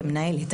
כמנהלת,